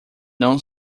non